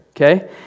Okay